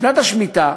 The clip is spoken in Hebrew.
בשנת השמיטה